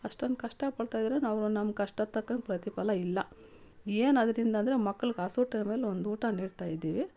ಅಷ್ಟೊಂದು ಕಷ್ಟಪಡ್ತಾಯಿದ್ರೂ ನಾವು ನಮ್ಮ ಕಷ್ಟದ ತಕ್ಕಂಗೆ ಪ್ರತಿಫಲ ಇಲ್ಲ ಏನು ಅದ್ರಿಂದ ಅಂದರೆ ಮಕ್ಕಳ್ಗೆ ಹಸು ಟೈಮಲ್ಲಿ ಒಂದು ಊಟ ನೀಡ್ತಾಯಿದ್ದೀವಿ